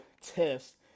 test